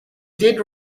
did